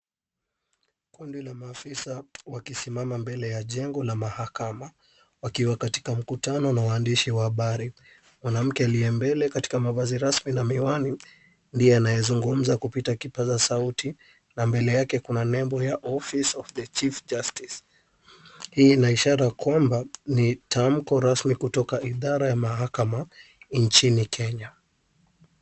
Kundi la maafisa wakisimama mbele ya jengo la mahakama. Wakiwa katika mkutano na waandishi wa habari. Mwanamke aliye mbele katika mavazi rasmi na miwani ndiye anayezungumza kupitia kipaza sauti na mbele yake kuna nembo ya Office Of The Chief Justice . Hii ina ishara kwamba ni tamko rasmi kutoka idara ya mahakama nchini Kenya.